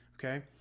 Okay